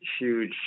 huge